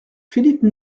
philippe